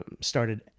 started